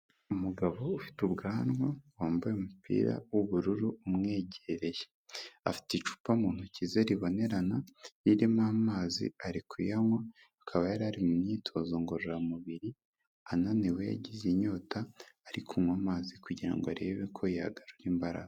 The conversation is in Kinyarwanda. Umugabo ufite ubwanwa wambaye umupira w'ubururu umwegereye, afite icupa mu ntoki ze ribonerana ririmo amazi ari kuyanywa, akaba yari ari mu myitozo ngororamubiri, ananiwe yagize inyota ari kunywa amazi kugira ngo arebe ko yagarura imbaraga.